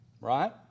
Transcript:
Right